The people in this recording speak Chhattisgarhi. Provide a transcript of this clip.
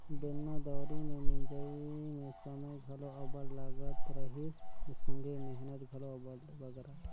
बेलना दउंरी मे मिंजई मे समे घलो अब्बड़ लगत रहिस संघे मेहनत घलो अब्बड़ बगरा